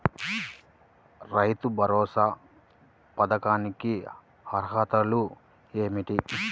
రైతు భరోసా పథకానికి అర్హతలు ఏమిటీ?